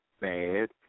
bad